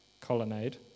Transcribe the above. colonnade